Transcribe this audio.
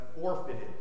forfeited